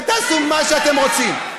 ותעשו מה שאתם רוצים,